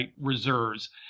reserves